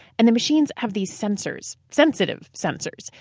and the machines have these sensors sensitive sensors.